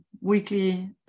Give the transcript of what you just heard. weekly